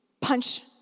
punch